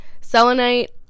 selenite